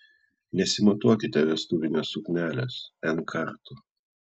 nesimatuokite vestuvinės suknelės n kartų